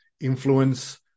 influence